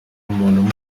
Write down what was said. umuntu